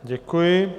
Děkuji.